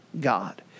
God